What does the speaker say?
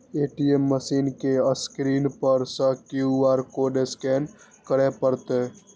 ATM machine के screen पर सं क्यू.आर कोड स्कैन करय पड़तै